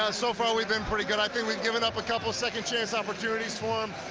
ah so far, we've been pretty good. i think we've given up a couple of second chance opportunities for them,